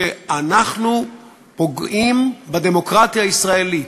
שאנחנו פוגעים בדמוקרטיה הישראלית,